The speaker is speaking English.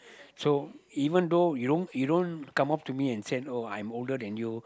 so even though you don't you don't come up to me and said oh I'm older than you